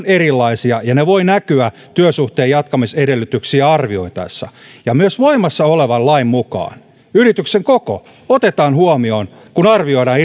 erilaisia ja voivat näkyä työsuhteen jatkamisedellytyksiä arvioitaessa myös voimassa olevan lain mukaan yrityksen koko otetaan huomioon kun arvioidaan